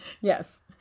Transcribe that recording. Yes